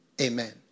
amen